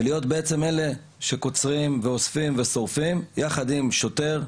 ולהיות בעצם אלה שקוצרים ואוספים ושורפים יחד עם שוטר,